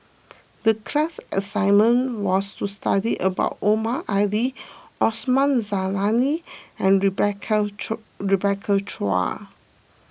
the class assignment was to study about Omar Ali Osman Zailani and Rebecca Rebecca Chua